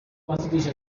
nous